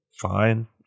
fine